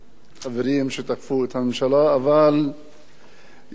אבל יש לי כמה הערות